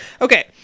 Okay